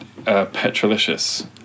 Petrolicious